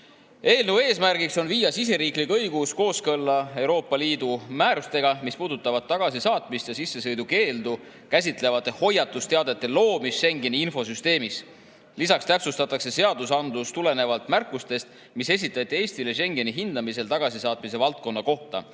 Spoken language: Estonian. Eelnõu eesmärk on viia siseriiklik õigus kooskõlla Euroopa Liidu määrustega, mis puudutavad tagasisaatmist ja sissesõidukeeldu käsitlevate hoiatusteadete loomist Schengeni infosüsteemis. Lisaks täpsustatakse seadusandlust tulenevalt märkustest, mis esitati Eestile Schengeni hindamisel tagasisaatmise valdkonna kohta.